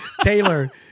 Taylor